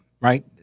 right